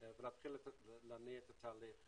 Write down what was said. ולהתחיל להניע את התהליך